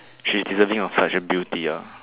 she's deserving of such a beauty ah